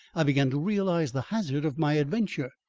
i began to realise the hazard of my adventure,